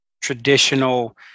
traditional